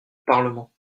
parlement